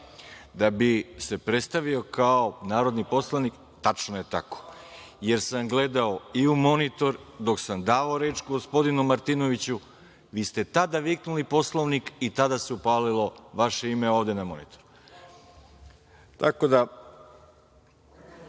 bi se predstavio kao narodni poslanik. Tačno je tako, jer sam gledao i u monitor dok sam davao reč gospodinu Martinoviću, vi ste tada viknuli – Poslovnik i tada se upalilo vaše ime ovde na monitoru. Tako da,